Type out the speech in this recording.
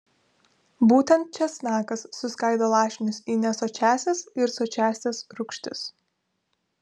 būtent česnakas suskaido lašinius į nesočiąsias ir sočiąsias rūgštis